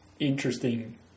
Interesting